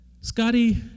Scotty